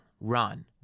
run